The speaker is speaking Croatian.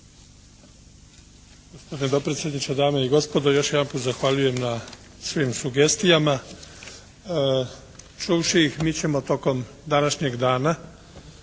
Gospodine dopredsjedniče, dame i gospodo još jedanput zahvaljujem na svim sugestijama. Čuvši mi ćemo tokom današnjeg dana